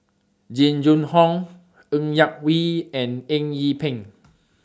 Jing Jun Hong Ng Yak Whee and Eng Yee Peng